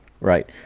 Right